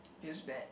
feels bad